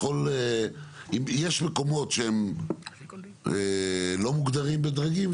יש מקומות שלא מוגדרים בדרגים.